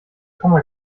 komma